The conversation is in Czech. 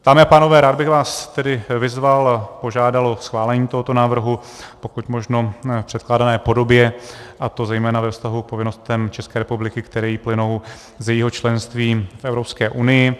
Dámy a pánové, rád bych vás tedy vyzval, požádal o schválení tohoto návrhu pokud možno v předkládané podobě, a to zejména ve vztahu k povinnostem České republiky, které jí plynou z jejího členství v Evropské unii.